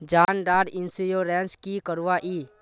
जान डार इंश्योरेंस की करवा ई?